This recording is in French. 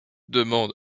demande